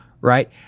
right